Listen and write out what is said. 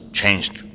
changed